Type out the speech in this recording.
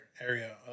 Area